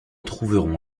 trouverons